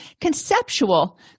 Conceptual